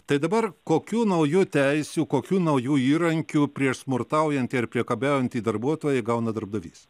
tai dabar kokių naujų teisių kokių naujų įrankių prieš smurtaujantį ar priekabiaujantį darbuotojai gauna darbdavys